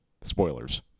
Spoilers